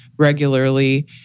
Regularly